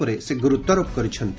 ଉପରେ ସେ ଗୁରୁତ୍ୱାରୋପ କରିଛନ୍ତି